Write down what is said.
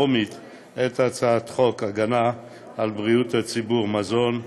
טרומית את הצעת חוק הגנה על בריאות הציבור (מזון)